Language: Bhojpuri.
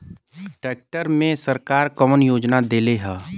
ट्रैक्टर मे सरकार कवन योजना देले हैं?